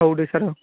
औ दे सार औ औ